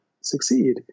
succeed